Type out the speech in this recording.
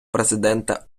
президента